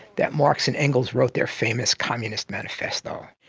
that marx and engels wrote their famous communist manifesto.